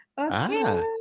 Okay